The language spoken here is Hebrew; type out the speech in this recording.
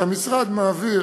שהמשרד מעביר